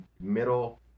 middle